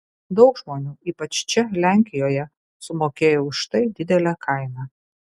daug žmonių ypač čia lenkijoje sumokėjo už tai didelę kainą